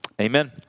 Amen